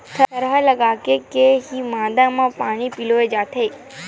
थरहा लगाके के ही मांदा म पानी पलोय जाथे